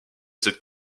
cette